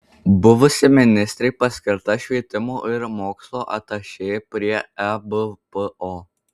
buvusi ministrė paskirta švietimo ir mokslo atašė prie ebpo